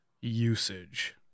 usage